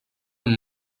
amb